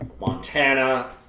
Montana